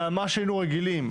למה שהיינו רגילים,